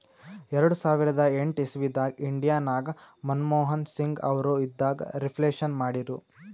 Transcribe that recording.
ಎರಡು ಸಾವಿರದ ಎಂಟ್ ಇಸವಿದಾಗ್ ಇಂಡಿಯಾ ನಾಗ್ ಮನಮೋಹನ್ ಸಿಂಗ್ ಅವರು ಇದ್ದಾಗ ರಿಫ್ಲೇಷನ್ ಮಾಡಿರು